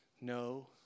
no